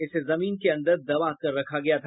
इसे जमीन के अंदर दवाकर रखा गया था